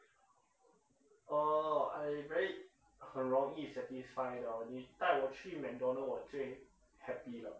oh I very 很容易 satisfy 的你带我去 McDonald's 我最 happy 了